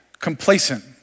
complacent